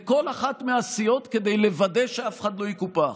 לכל אחת מהסיעות, כדי לוודא שאף אחד לא יקופח.